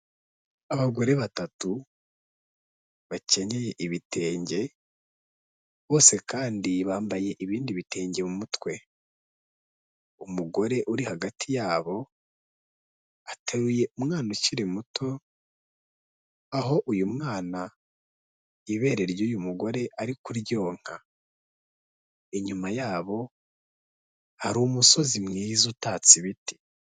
Abagore batatu bakenyeye ibitenge bose kandi bambaye ibindi bitenge mu mutwe, umugore uri hagati yabo ateruye umwana ukiri muto aho uyu mwana ibere ry'uyu mugore ari kuryonka, inyuma yabo hari umusozi mwiza utatse ibiti.